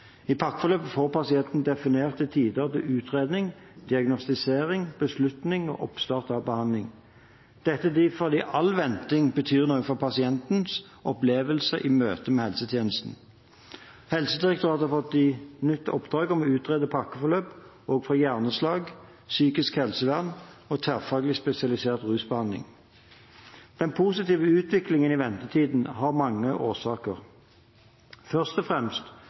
I pakkeforløpet får pasienten definerte tider til utredning, diagnostisering, beslutning og oppstart av behandling, dette fordi all venting betyr noe for pasientens opplevelse av møtet med helsetjenesten. Helsedirektoratet har nå fått i oppdrag å utrede pakkeforløp også for hjerneslag, psykisk helsevern og tverrfaglig spesialisert rusbehandling. Den positive utviklingen i ventetiden har mange årsaker. Først og fremst